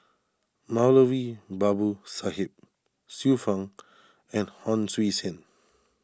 Moulavi Babu Sahib Xiu Fang and Hon Sui Sen